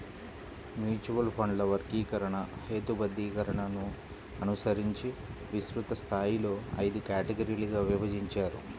mutual ఫండ్ల వర్గీకరణ, హేతుబద్ధీకరణను అనుసరించి విస్తృత స్థాయిలో ఐదు కేటగిరీలుగా విభజించారు